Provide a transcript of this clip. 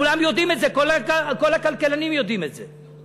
כולם יודעים את זה, כל הכלכלנים יודעים את זה.